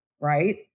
right